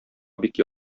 бик